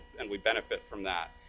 and we benefit from that.